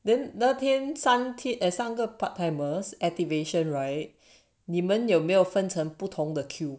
then 那天三个 part timers activation right 你们有没有分成不同的 queue